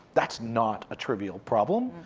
that's not a trivial problem,